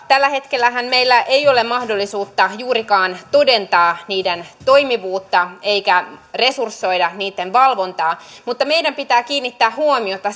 tällä hetkellähän meillä ole mahdollisuutta juurikaan todentaa niiden toimivuutta eikä resursoida niitten valvontaa mutta meidän pitää kiinnittää huomiota